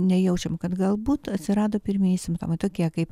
nejaučiam kad galbūt atsirado pirmieji simptomai tokie kaip